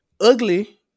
ugly